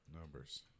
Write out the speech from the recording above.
Numbers